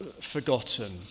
forgotten